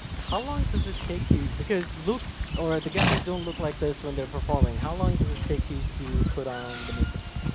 how long does it take you because luke or the guys don't look like this when they're performing. how long does it take you to put on the makeup?